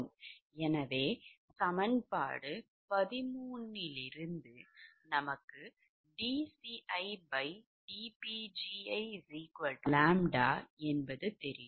எனவே சமன்பாடு 13 இலிருந்து நமக்கு dcidPgiʎ என்பது தெரியும்